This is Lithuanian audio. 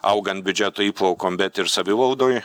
augant biudžeto įplaukom bet ir savivaldoj